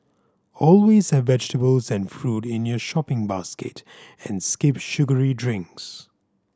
always have vegetables and fruit in your shopping basket and skip sugary drinks